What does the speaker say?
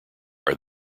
are